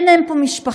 אין להם פה משפחה,